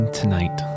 tonight